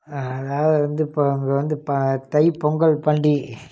அதாவது வந்து இப்போ அங்கே வந்து ப தைப் பொங்கல் பண்டிகை